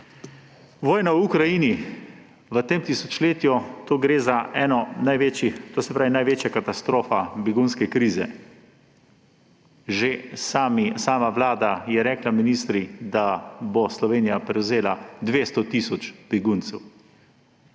Vojna v Ukrajini v tem tisočletju – tu gre za največjo katastrofo begunske krize. Že sama vlada je rekla, ministri, da bo Slovenija prevzela 200 tisoč beguncev.